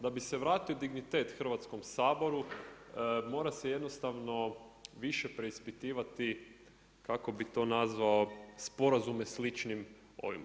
Da bi se vratio dignitet Hrvatskom saboru mora se jednostavno više preispitivati kako bih to nazvao sporazume sličnim ovima.